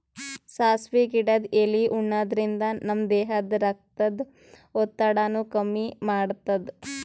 ಸಾಸ್ವಿ ಗಿಡದ್ ಎಲಿ ಉಣಾದ್ರಿನ್ದ ನಮ್ ದೇಹದ್ದ್ ರಕ್ತದ್ ಒತ್ತಡಾನು ಕಮ್ಮಿ ಮಾಡ್ತದ್